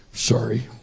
sorry